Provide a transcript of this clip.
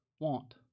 Want